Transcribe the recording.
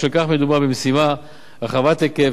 ובשל כך מדובר במשימה רחבת היקף,